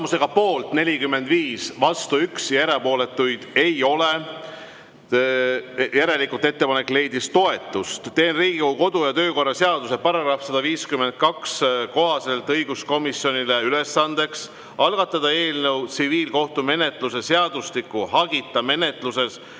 Tulemus on poolt 45, vastu 1 ja erapooletuid ei ole. Järelikult ettepanek leidis toetust. Teen Riigikogu kodu‑ ja töökorra seaduse § 152 kohaselt õiguskomisjonile ülesandeks algatada eelnõu tsiviilkohtumenetluse seadustiku hagita menetluses